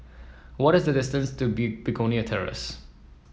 what is the distance to be Begonia Terrace